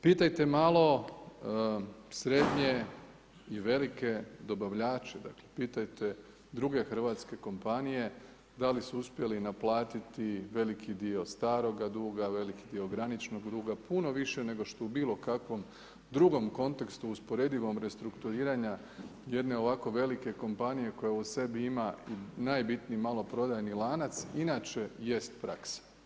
Pitajte malo srednje i velike dobavljače, pitajte druge hrvatske kompanije, da li su uspjeli naplatiti veliki dio staroga duga, veliki dio graničnog duga, puno više nego što u bilo kakvom drugom kontekstu usporedivom restrukturiranja jedne ovako velike kompanije, koja su sebi ima i najbitniji, maloprodajni lanac, inače jest praksa.